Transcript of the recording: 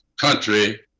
country